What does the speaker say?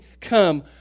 come